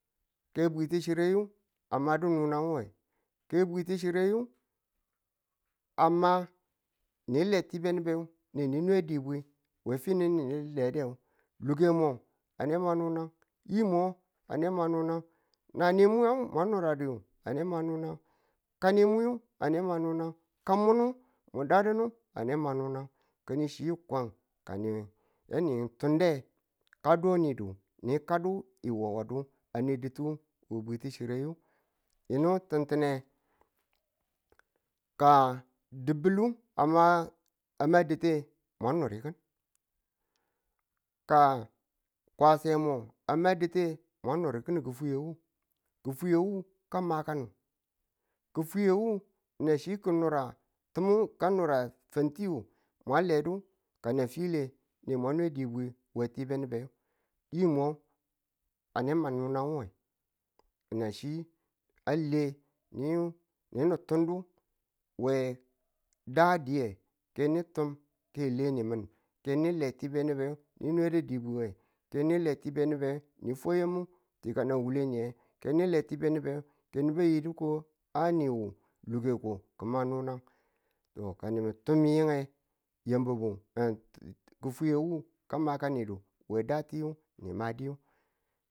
Ke bwiti chire a madu nunang we, ke bwiti chire a na le tibe nubu nge ne ni nwe dibwi we finu ne le luke mo a ne ma nuna, yimo a ne ma nuna, nanimo mwa nuradu, ane ma nuna, kanimwin a ne ma nuna, kan munu mu dadunu a ne ma nuna kani chi kwan ka yani tunde, ka donidu, ni kadu wawadu ane dutu we bwiti chire yini tintine ka di̱bili a ma ditte mwa nuri kin ka kwase mwo a ma dutiye ma nuru ki̱n nin ki̱fwiye wo, ki̱fwiye wu na chi ki̱nura timi ka nanti ngu mwa ledu kana fwile ne mwa ne dibwi we tibe nubu nge, yimo a ne ma nunanag we na chi a le ni nan tunde we da diye ke ni tun ke a leni min ke ni le tibe nube, ni fwa yemu ti kanang wule niye, ke ni le tibe nubu ke nubu a yido ko a niwu lukeko ki̱n ma nuna, yambubu, ki̱fwiye wu ka makani we da tiyu nima diyu.